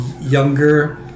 younger